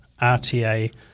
RTA